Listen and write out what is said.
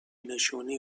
نشونی